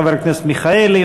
חבר הכנסת מיכאלי,